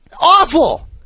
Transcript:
Awful